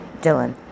Dylan